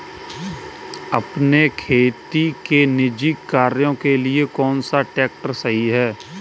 अपने खेती के निजी कार्यों के लिए कौन सा ट्रैक्टर सही है?